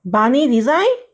barney design